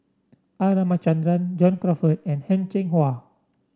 R Ramachandran John Crawfurd and Heng Cheng Hwa